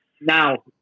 Now